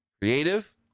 creative